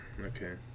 Okay